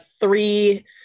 three